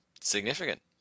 Significant